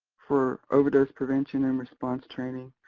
for overdose prevention and response training.